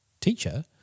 teacher